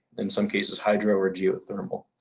in some cases hydro or geothermal.